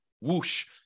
whoosh